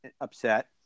upset